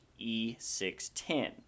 E610